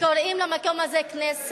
כדאי שתדעי, קוראים למקום הזה כנסת.